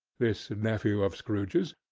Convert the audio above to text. this nephew of scrooge's,